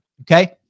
Okay